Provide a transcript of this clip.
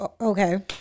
Okay